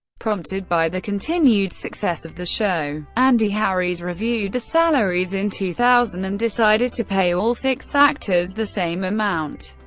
prompted by the continued success of the show, andy harries reviewed the salaries in two thousand and decided to pay all six actors the same amount.